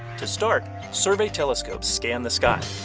to start, survey telescopes scan the sky.